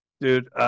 Dude